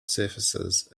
surfaces